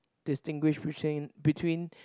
distinguish betwee~ between